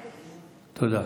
תודה.